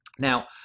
Now